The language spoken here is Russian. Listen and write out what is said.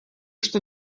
что